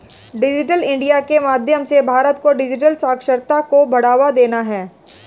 digital India के माध्यम से भारत को डिजिटल साक्षरता को बढ़ावा देना है